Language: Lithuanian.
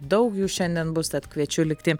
daug jų šiandien bus tad kviečiu likti